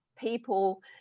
people